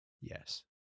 Yes